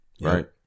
Right